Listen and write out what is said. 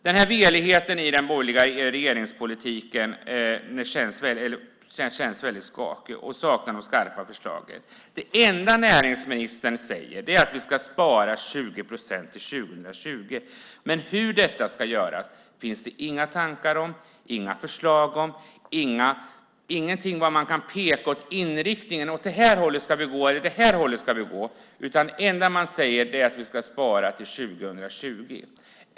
Den här veligheten i den borgerliga regeringspolitiken känns väldigt skakig. Man saknar de skarpa förslagen. Det enda näringsministern säger är att vi ska spara 20 procent till 2020, men hur detta ska göras finns det inga tankar och förslag om. Det finns ingenting som pekar ut inriktningen åt vilket håll man ska gå. Det enda man säger är att vi ska spara till 2020.